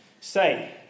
Say